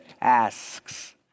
asks